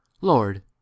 Lord